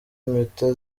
impeta